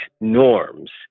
norms